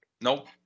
Nope